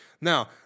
Now